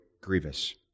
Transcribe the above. grievous